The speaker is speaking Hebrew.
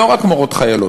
לא רק של מורות חיילות,